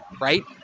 right